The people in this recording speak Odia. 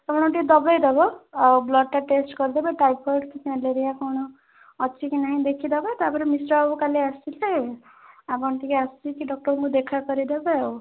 ଆପଣଙ୍କୁ ଟିକିଏ ଦବେଇ ଦେବ ଆଉ ବ୍ଲଡ଼୍ଟା ଟେଷ୍ଟ କରିଦେବେ ଟାଇଫଏଡ଼୍ କି ମ୍ୟାଲେରିଆ କ'ଣ ଅଛି କି ନାହିଁ ଦେଖିଦେବେ ତାପରେ ମିଶ୍ରବାବୁ କାଲି ଆସିଲେ ଆପଣ ଟିକିଏ ଆସିକି ଡକ୍ଟରଙ୍କୁ ଦେଖାକରିଦେବେ ଆଉ